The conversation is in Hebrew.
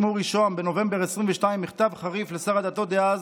אורי שוהם בנובמבר 22 מכתב חריף לשר הדתות דאז